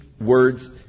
words